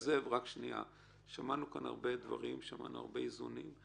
שמענו כאן הרבה דברים והרבה איזונים.